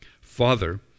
Father